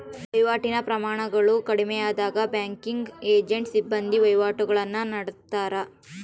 ವಹಿವಾಟಿನ ಪ್ರಮಾಣಗಳು ಕಡಿಮೆಯಾದಾಗ ಬ್ಯಾಂಕಿಂಗ್ ಏಜೆಂಟ್ನ ಸಿಬ್ಬಂದಿ ವಹಿವಾಟುಗುಳ್ನ ನಡತ್ತಾರ